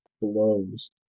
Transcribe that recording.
blows